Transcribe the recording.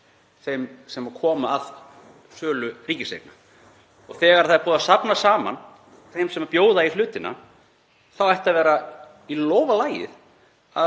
þeim sem koma að sölu ríkiseigna. Þegar það er búið að safna saman þeim sem bjóða í hlutina þá ætti að vera í lófa lagið